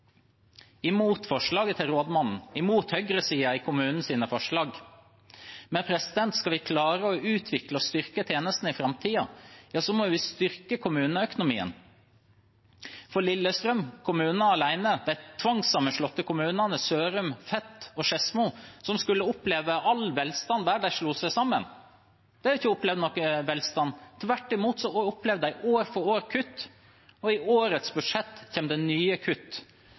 imot forslaget til rådmannen, imot forslagene til høyresiden i kommunen. Men skal vi klare å utvikle og styrke tjenestene i framtiden, må vi styrke kommuneøkonomien. For Lillestrøm kommune alene – de tvangssammenslåtte kommunene Sørum, Fet og Skedsmo, som skulle oppleve all velstand der de slo seg sammen – har ikke opplevd noen velstand. Tvert imot opplever de år for år kutt, og i årets budsjett kommer det nye kutt.